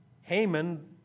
Haman